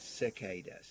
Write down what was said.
Cicadas